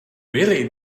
really